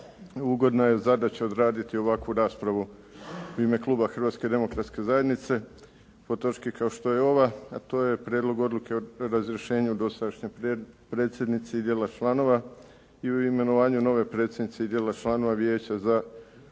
Ugodna je zadaća odraditi ovakvu raspravu u ime kluba Hrvatske demokratske zajednice po točki kao što je ova, a to je Prijedlog odluke o razrješenju dosadašnje predsjednice i dijela članova i o imenovanju nove predsjednice i dijela članova Vijeća za zaštitu